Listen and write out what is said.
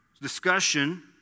discussion